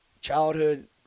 childhood